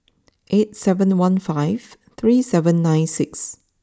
eight seven one five three seven nine six